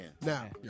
Now